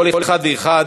המשפחות: כל אחד ואחת